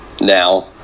now